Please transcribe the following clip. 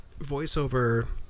voiceover